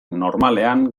normalean